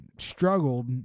struggled